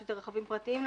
שהם רכבים פרטיים,